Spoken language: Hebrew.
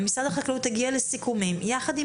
משרד החקלאות הגיע לסיכומים בעניין הזה יחד עם